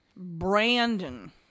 Brandon